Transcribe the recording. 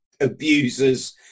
abusers